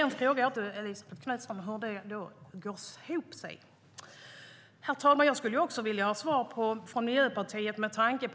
Min fråga till Elisabet Knutsson är: Hur går detta ihop? Herr talman!